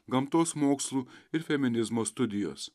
gamtos mokslų ir feminizmo studijos